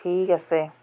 ঠিক আছে